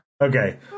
Okay